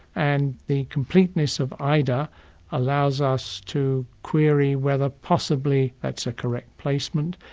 and the completeness of ida allows us to query whether possibly that's a correct placement.